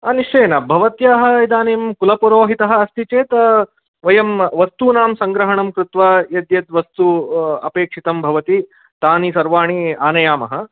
आ निश्चयेन भवत्याः इदानीं कुलपुरोहितः अस्ति चेत् वयं वस्तूनां संग्रहणं कृत्वा यद्यद्वस्तु अपेक्षितं भवति तानि सर्वाणि आनयामः